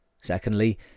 Secondly